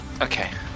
okay